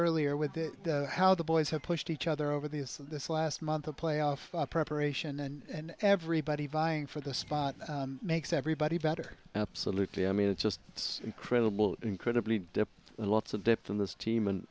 earlier with how the boys have pushed each other over these this last month a playoff preparation and everybody vying for the spot makes everybody better absolutely i mean it's just it's incredible incredibly lots of depth in this team and